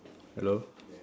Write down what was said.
hello